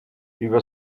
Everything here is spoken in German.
über